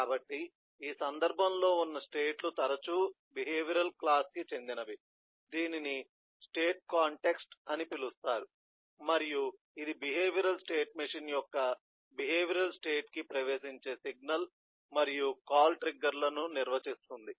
కాబట్టి ఈ సందర్భంలో ఉన్న స్టేట్ లు తరచూ బిహేవియరల్ క్లాస్ కి చెందినవి దీనిని స్టేట్ కాంటెక్స్ట్ అని పిలుస్తారు మరియు ఇది బిహేవియరల్ స్టేట్ మెషీన్ యొక్క బిహేవియరల్ స్టేట్ కి ప్రవేశించే సిగ్నల్ మరియు కాల్ ట్రిగ్గర్లను నిర్వచిస్తుంది